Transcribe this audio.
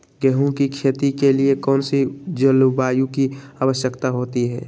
गेंहू की खेती के लिए कौन सी जलवायु की आवश्यकता होती है?